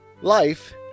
Life